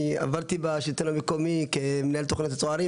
עברתי בשלטון המקומי כמנהל תכנית צוערים